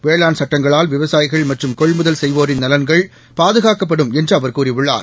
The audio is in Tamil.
வேளாண் சட்டங்களால் விவசாயிகள் மற்றும் கொள்முதல் செய்வோரின் நலன்கள் பாதுகாக்கப்படும் என்று அவர் கூறியுள்ளார்